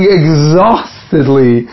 exhaustedly